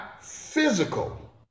physical